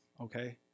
okay